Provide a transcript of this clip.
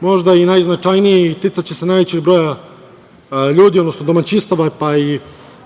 možda i najznačajniji i ticaće se najvećeg broja ljudi, odnosno domaćinstava,